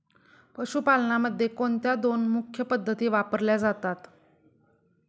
पशुपालनामध्ये कोणत्या दोन मुख्य पद्धती वापरल्या जातात?